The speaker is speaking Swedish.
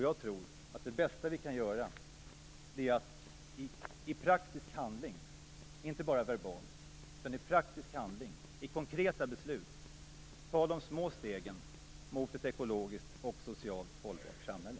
Jag tror att det bästa vi kan göra är att i praktisk handling - inte bara verbalt - och i konkreta beslut ta de små stegen mot ett ekologiskt och ett socialt hållbart samhälle.